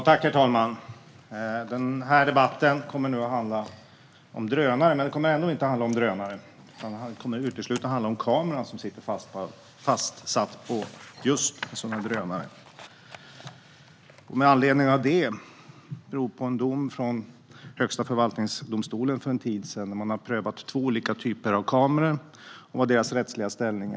Kameraövervaknings-lagen och möjlighet erna att använda drönare Herr talman! Denna debatt kommer att handla om drönare, men den kommer ändå inte att handla om drönare utan om kameran som är fastsatt på just sådana drönare. Detta beror på en dom från Högsta förvaltningsdomstolen för en tid sedan, där man hade prövat två olika typer av kameror och deras rättsliga ställning.